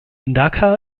dhaka